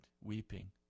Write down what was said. weeping